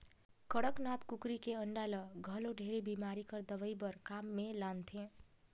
कड़कनाथ कुकरी के अंडा ल घलो ढेरे बेमारी कर दवई बर काम मे लानथे